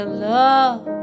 love